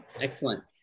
Excellent